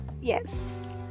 Yes